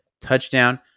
touchdown